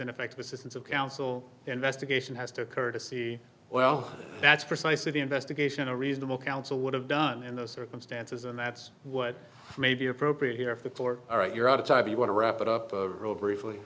ineffective assistance of counsel investigation has to occur to see well that's precisely the investigation a reasonable counsel would have done in those circumstances and that's what may be appropriate here for the court all right you're out of time you want to wrap it up a row briefly